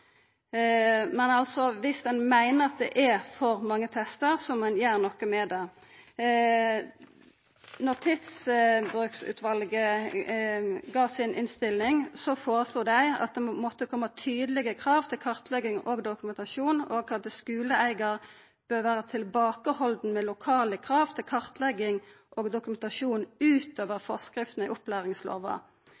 Men dersom ein meiner at det er for mange testar, må ein gjera noko med det. Då Tidsbrukutvalet la fram si innstilling, foreslo dei at det måtte koma tydelege krav til kartlegging og dokumentasjon, og at skuleeigar bør vera tilbakehalden med lokale krav til kartlegging og dokumentasjon utover